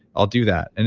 i'll do that. and